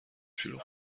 شلوغ